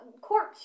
court